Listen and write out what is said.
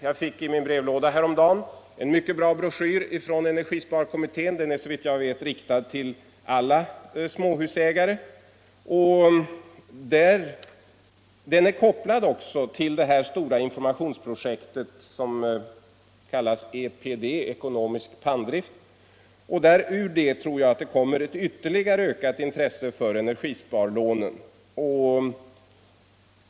Jag fick i min brevlåda häromdagen en mycket bra broschyr från energisparkommittén. Den är såvitt jag vet riktad till alla småhusägare, och den är kopplad till det stora informationsprojekt som kallas EPD —- ekonomisk panndrift. Jag tror att broschyren kommer att ytterligare öka intresset för energisparlånet.